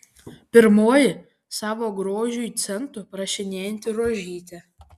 pirmoji savo grožiui centų prašinėjanti rožytė